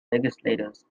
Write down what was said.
legislators